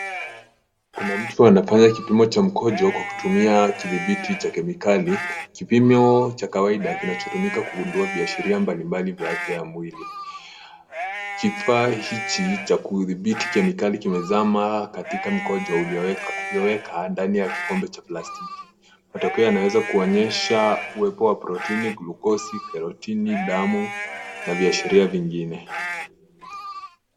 Kuna mtu anafanya kipimo cha mkojo kwa kutumia kizibiti cha kemikali. Kipimo cha kawaida, kinachotumika kugundua viashiria mbalimbali vya afya ya mwili. Kifaa hiki cha kugundhibiti kemikali kimezama ndani ya mkojo uliowekwa ndani ya kikombe cha plastiki. Matokeo yake yanaweza kuonyesha uwepo wa protini, glukosi, kerotini, damu na viashiria vingine.